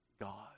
God